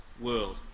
world